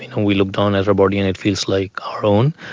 and we look down at our body and it feels like our own.